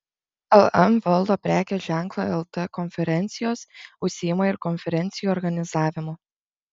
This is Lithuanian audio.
lm valdo prekės ženklą lt konferencijos užsiima ir konferencijų organizavimu